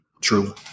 True